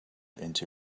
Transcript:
into